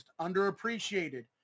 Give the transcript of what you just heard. underappreciated